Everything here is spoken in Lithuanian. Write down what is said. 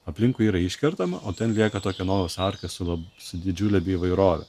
aplinkui yra iškertama o ten lieka tokia nojaus arka su lab su didžiule įvairove